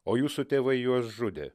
o jūsų tėvai juos žudė